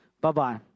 Bye-bye